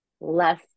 less